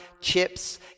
chips